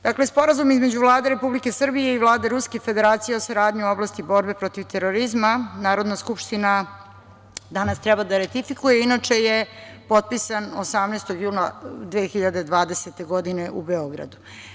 Dakle, Sporazum između Vlade Republike Srbije i Vlade Ruske Federacije o saradnji u oblasti borbe protiv terorizma, Narodna Skupština danas treba da ratifikuje, inače je potpisan 18. juna 2020. godine u Beogradu.